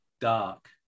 dark